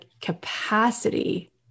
capacity